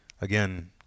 Again